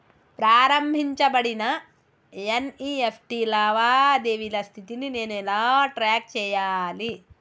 ప్రారంభించబడిన ఎన్.ఇ.ఎఫ్.టి లావాదేవీల స్థితిని నేను ఎలా ట్రాక్ చేయాలి?